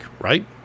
right